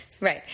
Right